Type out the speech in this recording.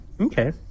Okay